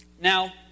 Now